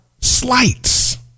slights